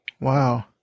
wow